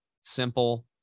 simple